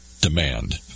Demand